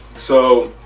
so